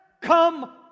come